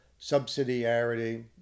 subsidiarity